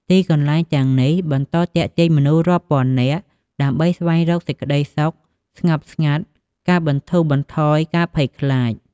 ទីកន្លែងទាំងនេះបន្តទាក់ទាញមនុស្សរាប់ពាន់នាក់ ដើម្បីស្វែងរកសេចក្ដីសុខស្ងប់ស្ងាត់ ការបន្ធូរបន្ថយការភ័យខ្លាច។